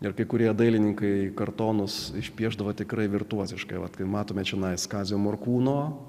ir kai kurie dailininkai kartonus išpiešdavo tikrai virtuoziškai vat kai matome čionai kazio morkūno